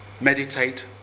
Meditate